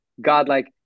godlike